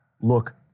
look